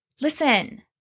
Listen